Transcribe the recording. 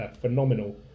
phenomenal